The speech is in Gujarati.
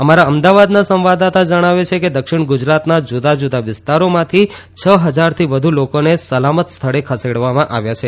અમારા અમદાવાદના સંવાદદાતા જણાવે છે કે દક્ષિણ ગુજરાતના જુદાં જુદાં વિસ્તારોમાંથી ક હજારથી વધુ લોકોને સલામત સ્થળે ખસેડવામાં આવ્યા છે